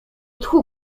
tchu